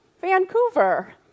Vancouver